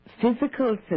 Physical